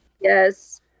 Yes